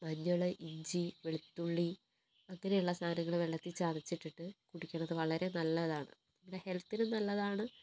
മഞ്ഞൾ ഇഞ്ചി വെളുത്തുള്ളി അങ്ങനെയുള്ള സാധനങ്ങള് വെള്ളത്തിൽ ചതച്ചിട്ടിട്ട് കുടിക്കണത് വളരെനല്ലതാണ് പിന്നെ ഹെൽത്തിനും നല്ലതാണ്